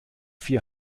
vier